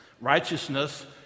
Righteousness